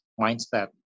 mindset